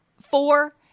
four